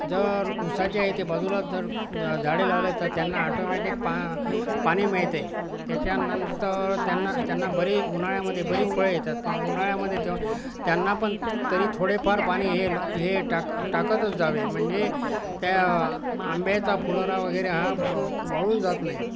जर ऊसाच्या येते बाजूलाच जर झ झाडे लावले तर त्यांना ऑटोमॅटिक पा पाणी मिळते त्याच्यानंतर त्यांना त्यांना बरी उन्हाळ्यामध्ये बरीच फळ येतात पण उन्हाळ्यामध्ये तेव्हा त्यांना पण तरी थोडेफार पाणी हे हे टाक टाकतच जावे म्हणजे त्या आंब्याचा फुलोरावगैरे हा वाळून जात नाही